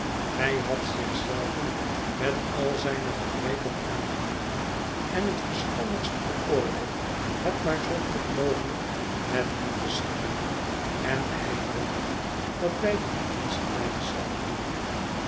hij had zich zelven met al zijne gebreken aangenomen en het verstandigst geoordeeld het maar zoo goed mogelijk met hem te schikken en hij hoopte dat wij dit insgelijks zouden doen